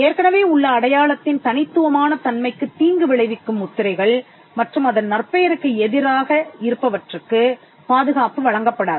ஏற்கனவே உள்ள அடையாளத்தின் தனித்துவமான தன்மைக்குத் தீங்கு விளைவிக்கும் முத்திரைகள் மற்றும் அதன் நற்பெயருக்கு எதிராக இருப்பவற்றுக்குப் பாதுகாப்பு வழங்கப்படாது